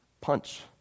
punch